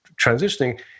transitioning